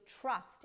trust